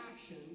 action